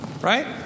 Right